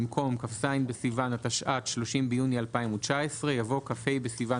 במקום "כ"ז בסיוון התשע"ט (30 ביוני 2019)" יבוא "כ"ה בסיוון